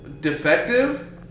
defective